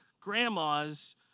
grandma's